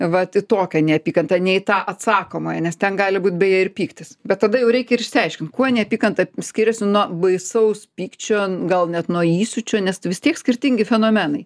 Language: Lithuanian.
vat į tokią neapykantą ne į tą atsakomąją nes ten gali būt beje ir pyktis bet tada jau reik ir išsiaiškint kuo neapykanta skiriasi nuo baisaus pykčio gal net nuo įsiūčio nes vis tiek skirtingi fenomenai